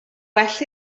well